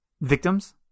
victims